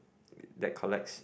that collects